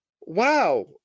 Wow